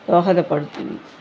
దోహదపడుతుంది